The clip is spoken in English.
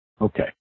Okay